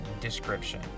description